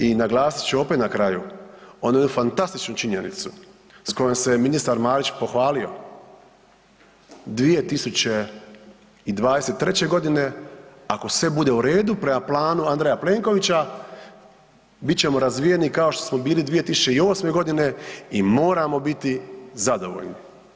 I naglasit ću opet na kraju onu jednu fantastičnu činjenicu s kojom se ministar Marić pohvalio, 2023. godine ako sve bude u redu prema planu Andreja Plenkovića bit ćemo razvijeni kao što smo bili 2008. godine i moramo biti zadovoljni.